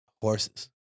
horses